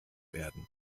werden